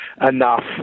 enough